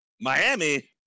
Miami